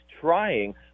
trying